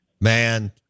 Man